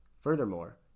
Furthermore